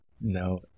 No